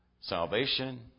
Salvation